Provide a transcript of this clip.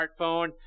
smartphone